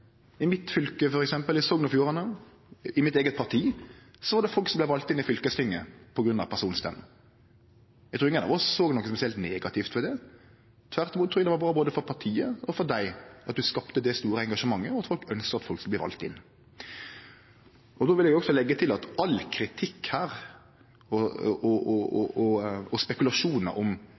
I mitt fylke f.eks., Sogn og Fjordane, er det folk i mitt eige parti som vert valde inn i fylkestinget på grunn av personstemmene. Eg trur ingen av oss såg noko spesielt negativt ved det. Tvert imot trur eg det var bra både for partiet og for dei at vi skapte det store engasjementet, og at folk ønskjer at folk skal bli valde inn. Då vil eg òg leggje til at all kritikk her og